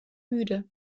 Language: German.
müde